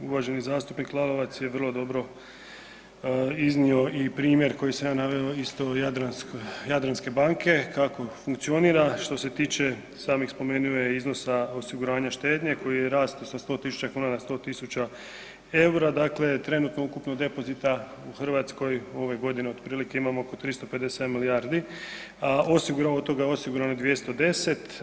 Uvaženi zastupnik Lalovac je vrlo dobro iznio i primjer koji sam ja naveo isto Jadranske banke kako funkcionira, što se tiče spomenuo je iznosa osiguranja štednje koji je rast sa 100.000 kuna na 100.000 eura, dakle trenutno ukupno depozita u Hrvatskoj ove godine otprilike imamo oko 357 milijardi, a od toga osiguranih 210.